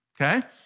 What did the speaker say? Okay